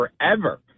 forever